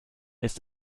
ist